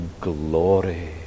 glory